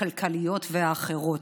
הכלכליות והאחרות.